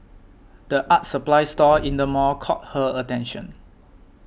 the art supplies store in the mall caught her attention